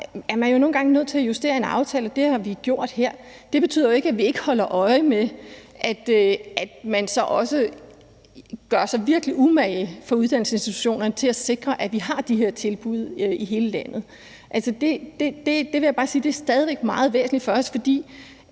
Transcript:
er man så nogle gange nødt til justere en aftale. Det har vi gjort her. Det betyder jo ikke, at vi ikke holder øje med, at man så også gør sig virkelig umage fra uddannelsesinstitutionernes side for at sikre, at vi har de her tilbud i hele landet. Jeg vil bare sige, at det stadig væk er meget væsentligt for os, fordi